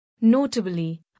Notably